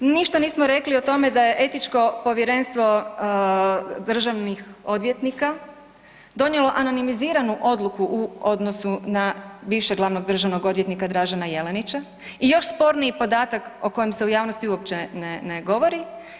Ništa nismo rekli o tome da je etičko povjerenstvo državnih odvjetnika donijelo anonimiziranu odluku u odnosu na bivšeg glavnog državnog odvjetnika Dražena Jelenića i još sporniji podatak o kojem se u javnosti uopće ne govori.